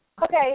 Okay